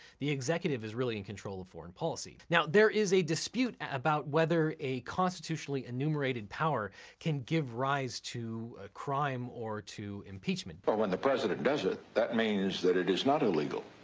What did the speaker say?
the executive is really in control of foreign policy. now there is a dispute about whether a constitutionally-enumerated power can give rise to a crime or to impeachment. well but when the president does it, that means that it is not illegal.